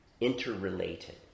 interrelated